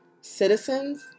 citizens